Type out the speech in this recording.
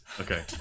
Okay